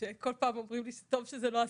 כל פעם אומרים לי טוב שהם לא עשו,